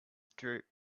droop